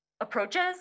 approaches